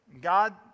God